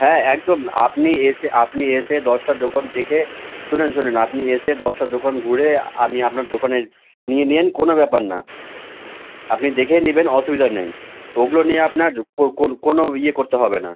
হ্যাঁ একদম আপনি এসে আপনি এসে দশটা দোকান দেখে শুনেন শুনেন আপনি এসে দশটা দোকান ঘুরে আপনি আপনার দোকানে নিয়ে নিয়েন কোনো ব্যাপার না আপনি দেখে নিবেন অসুবিধা নেই ওগুলো নিয়ে আপনার কোনো ইয়ে করতে হবে না